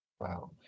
Wow